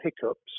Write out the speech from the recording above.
hiccups